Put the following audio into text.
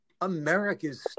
America's